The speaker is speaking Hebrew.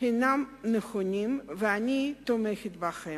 נכונים ואני תומכת בהם,